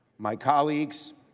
my colleagues,